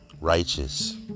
righteous